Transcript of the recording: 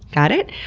got it.